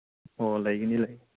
ꯍꯣ ꯂꯩꯒꯅꯤ ꯂꯩꯒꯅꯤ